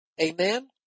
Amen